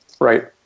Right